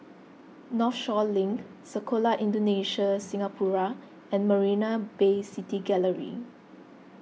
Northshore Link Sekolah Indonesia Singapura and Marina Bay City Gallery